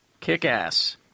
Kick-ass